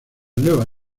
nueva